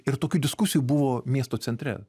ir tokių diskusijų buvo miesto centre